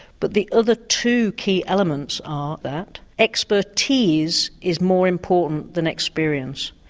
but the other two key elements are that expertise is more important than experience.